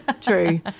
true